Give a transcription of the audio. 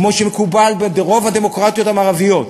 כמו שמקובל ברוב הדמוקרטיות המערביות,